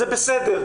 זה בסדר,